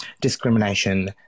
discrimination